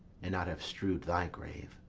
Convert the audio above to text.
and not have strew'd thy grave.